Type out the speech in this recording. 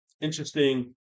interesting